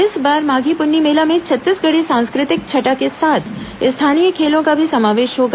इस बार माधी पुन्नी मेला में छत्तीसगढ़ी सांस्कृतिक छटा के साथ स्थानीय खेलों का भी समावेश होगा